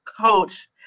coach